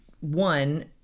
one